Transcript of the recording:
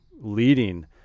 leading